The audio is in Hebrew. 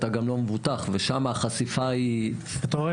הוא התחיל